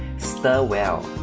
stir well